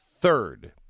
third